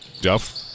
Duff